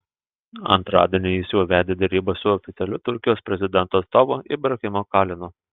antradienį jis jau vedė derybas su oficialiu turkijos prezidento atstovu ibrahimu kalinu